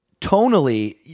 Tonally